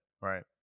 right